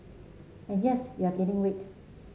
and yes you're gaining weight